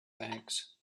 banks